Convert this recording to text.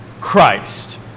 Christ